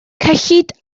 cyllid